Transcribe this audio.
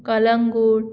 Calangute